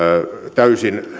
täysin